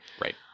Right